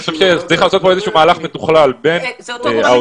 אני חושב שצריך לעשות כאן איזשהו מהלך מתוכלל בין האוצר,